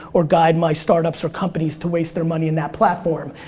or guide my startups or companies to waste their money in that platform.